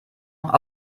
noch